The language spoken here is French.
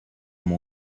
mon